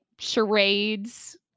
charades